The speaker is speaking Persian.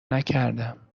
نکردم